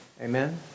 Amen